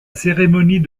cérémonie